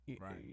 right